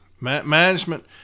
Management